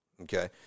Okay